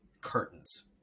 curtains